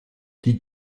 die